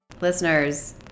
listeners